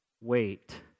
Wait